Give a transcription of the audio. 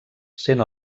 sent